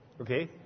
okay